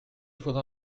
faudra